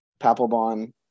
Papelbon